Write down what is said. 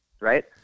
Right